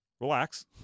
relax